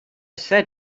said